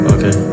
Okay